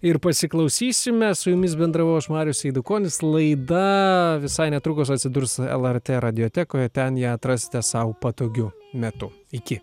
ir pasiklausysime su jumis bendravau aš marius eidukonis laida visai netrukus atsidurs lrt radiotekoje ten ją atrasite sau patogiu metu iki